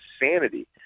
insanity